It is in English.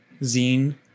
zine